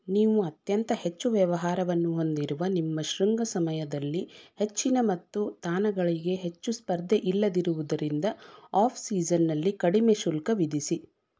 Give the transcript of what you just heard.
ನೀವು ಅತ್ಯಂತ ಹೆಚ್ಚು ವ್ಯವಹಾರವನ್ನು ಹೊಂದಿರುವ ನಿಮ್ಮ ಶೃಂಗ ಸಮಯದಲ್ಲಿ ಹೆಚ್ಚಿನ ಮತ್ತು ತಾಣಗಳಿಗೆ ಹೆಚ್ಚು ಸ್ಪರ್ಧೆ ಇಲ್ಲದಿರುವುದರಿಂದ ಆಫ್ ಸೀಸನ್ನಲ್ಲಿ ಕಡಿಮೆ ಶುಲ್ಕ ವಿಧಿಸಿ